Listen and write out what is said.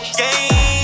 game